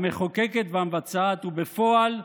המחוקקת והמבצעת, ובפועל,